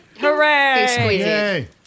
Hooray